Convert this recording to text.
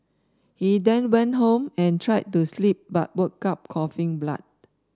he then went home and tried to sleep but woke up coughing blood